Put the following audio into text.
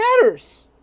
matters